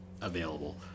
available